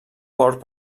port